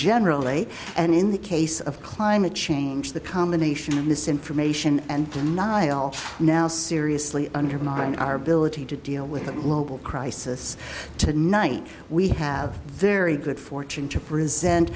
generally and in the case of climate change the combination of misinformation and denial now seriously undermine our ability to deal with that local crisis tonight we have very good fortune to resent